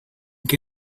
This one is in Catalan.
què